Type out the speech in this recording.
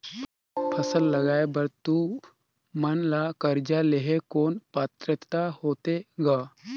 फसल उगाय बर तू मन ला कर्जा लेहे कौन पात्रता होथे ग?